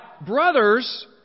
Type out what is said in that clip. brothers